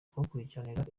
kubakurikiranira